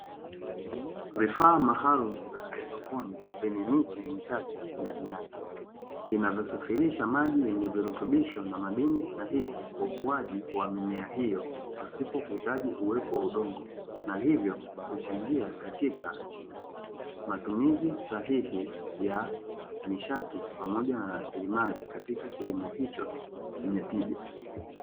Vifaa maalumu vya haidroponi vyenye miche michache ndani yake, vinazosafirisha maji yenye virutubisho na madini stahiki kwa ukuaji wa mimea hiyo, pasipo kuhitaji uwepo wa udongo, na hivyo, kuchangia katika matumizi sahihi ya nishati pamoja na rasilimali katika kilimo hicho chenye tija.